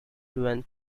with